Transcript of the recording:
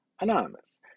Anonymous